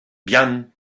bihan